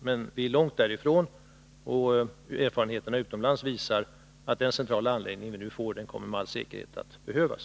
Men vi är långt därifrån, och erfarenheterna utomlands visar att den centrala anläggning som vi nu får med all säkerhet kommer att behövas.